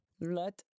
Let